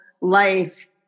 life